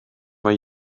mae